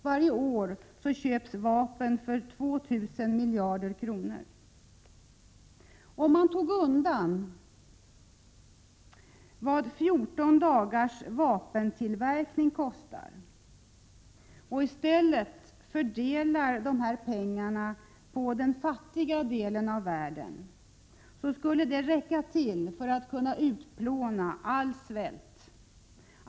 Varje år köps vapen för 2 000 miljarder kronor. Om man tog undan vad 14 dagars vapentillverkning kostade och i stället fördelade dessa pengar på den fattiga delen av världen, skulle de räcka till för att utplåna all svält.